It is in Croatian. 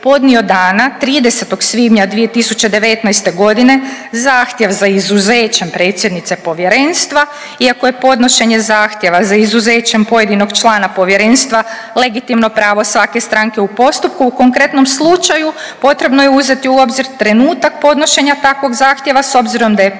podnio dana 30. svibnja 2019. zahtjev za izuzećem predsjednice povjerenstva iako je podnošenje zahtjeva za izuzećem pojedinog člana povjerenstva legitimno pravo svake stranke u postupku u konkretnom slučaju potrebno je uzeti u obzir trenutak podnošenja takvog zahtjeva s obzirom da je